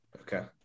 okay